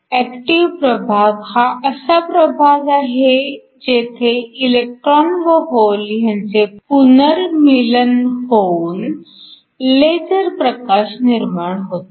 active प्रभाग हा असा प्रभाग आहे जेथे इलेक्ट्रॉन व होल यांचे पुनर्मीलन होऊन लेझर प्रकाश निर्माण होतो